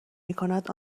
میکند